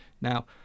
Now